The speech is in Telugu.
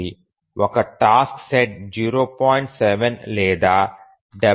ఒక టాస్క్ సెట్ 0